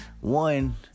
One